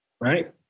right